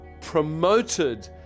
promoted